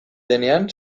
denean